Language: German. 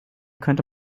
könnte